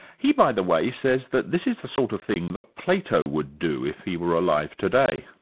he, by the way, says that this is the sort of thing that plato would do if he were alive today.